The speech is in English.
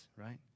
right